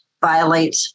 violate